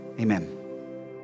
Amen